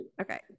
Okay